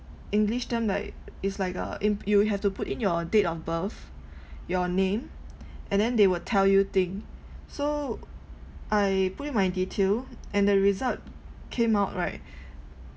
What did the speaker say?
english term like it's like uh um if you have to put in your date of birth your name and then they will tell you thing so I put in my detail and the result came out right